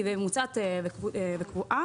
היא ממוצעת וקבועה.